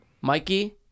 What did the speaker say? Mikey